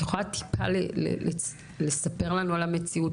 את יכולה טיפה לספר לנו על המציאות